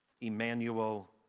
Emmanuel